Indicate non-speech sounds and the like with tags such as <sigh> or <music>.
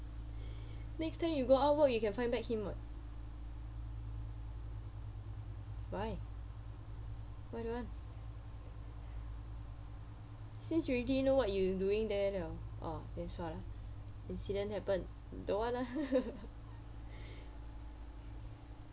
next time you go out work you can find back him [what] why why don't want since you already know what you're doing there now ah then incident happen don't want ah <laughs>